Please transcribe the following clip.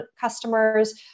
customers